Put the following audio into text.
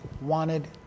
wanted